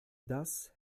das